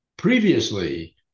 Previously